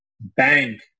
bank